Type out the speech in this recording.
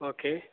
okay